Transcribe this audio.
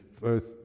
first